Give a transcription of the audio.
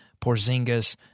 Porzingis